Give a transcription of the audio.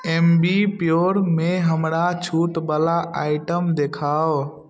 M B pure मे हमरा छूट बला आइटम देखाउ